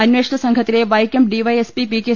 അന്വേഷണം സംഘത്തിലെ Vaikom D Y S P K